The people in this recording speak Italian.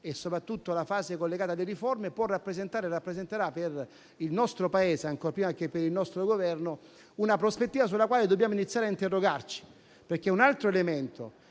e soprattutto la fase collegata alle riforme possono rappresentare per il nostro Paese, ancor prima che per il nostro Governo, una prospettiva sulla quale dobbiamo iniziare a interrogarci. Un altro elemento